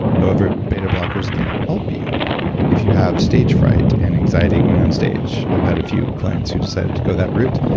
however, beta-blockers can help you if you have stage-fright and anxiety going on stage. i've had a few clients who decided to go that route.